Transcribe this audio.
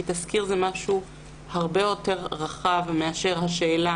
כי תזכיר הוא משהו הרבה יותר רחב מאשר השאלה